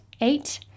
eight